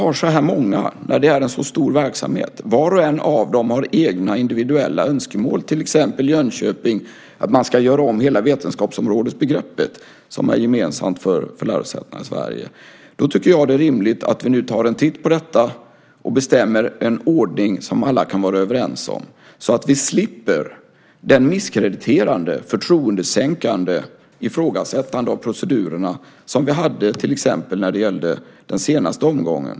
Men vi har många och verksamheten är stor. Var och en av dem har egna individuella önskemål. Jönköping vill till exempel att man ska göra om hela det vetenskapsområdesbegrepp som är gemensamt för lärosätena i Sverige. Därför tycker jag att det är rimligt att vi nu tar en titt på detta och bestämmer oss för en ordning som alla kan vara överens om. Då slipper vi det misskrediterande och förtroendesänkande ifrågasättande av procedurerna som vi hade till exempel när det gällde den senaste omgången.